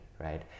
Right